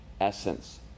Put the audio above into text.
essence